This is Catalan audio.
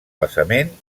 basament